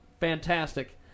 Fantastic